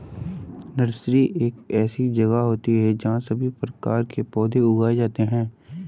nursery एक ऐसी जगह होती है जहां सभी प्रकार के पौधे उगाए जाते हैं